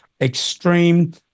extreme